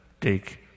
take